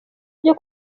byo